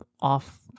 off